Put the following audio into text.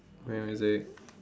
play music